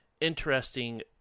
interesting